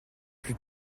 plus